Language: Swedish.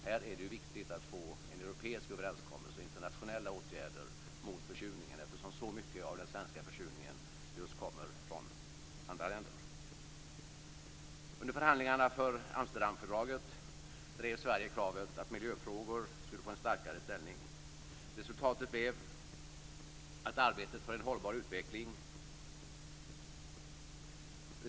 Här är det viktigt att nå en europeisk överenskommelse om internationella åtgärder mot försurningen, eftersom mycket av den svenska försurningen kommer från andra länder. Under förhandlingarna inför Amsterdamfördraget drev Sverige kravet på att miljöfrågan skulle få en starkare ställning. Resultatet blev målet att arbeta för en hållbar utveckling.